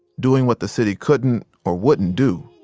doing what the city couldn't, or wouldn't do.